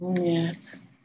Yes